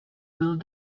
build